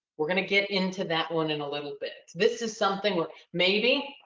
we're going to get into that one in a little bit. this is something where maybe,